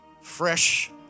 fresh